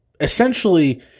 Essentially